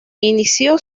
inició